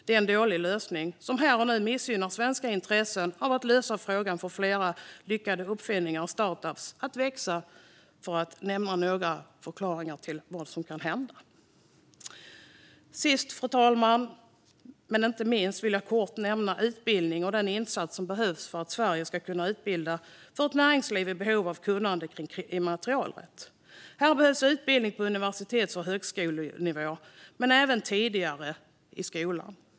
Det är en dålig lösning som här och nu missgynnar svenska intressen av att lösa frågan när det gäller att få fler lyckade uppfinningar och att få startups att växa. Det är något av vad som kan hända. Fru talman! Sist men inte minst vill jag kort nämna utbildning och den insats som behövs för att Sverige ska kunna utbilda för ett näringsliv i behov av kunskap om immaterialrätt. Här behövs utbildning på universitets och högskolenivå men även tidigare i skolan.